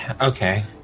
Okay